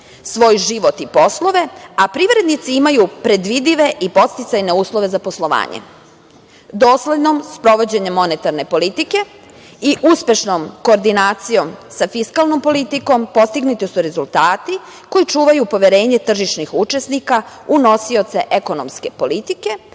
svoj život i poslove, a privrednici imaju predvidive i podsticajne uslove za poslovanje. Doslednim sprovođenjem monetarne politike i uspešnom koordinacijom sa fiskalnom politikom postignuti su rezultati koji čuvaju poverenje tržišnih učesnika u nosioce ekonomske politike